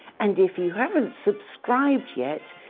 and if you haven't subscribed yet,